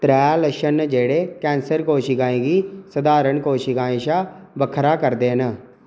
त्रै लच्छन न जेह्ड़े कैंसर कोशिकाएं गी सधारन कोशिकाएं शा बक्खरा करदे न